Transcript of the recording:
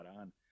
on